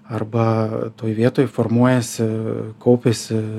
arba toj vietoj formuojasi kaupiasi